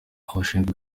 abashinzwe